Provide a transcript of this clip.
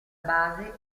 base